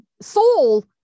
soul